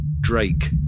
Drake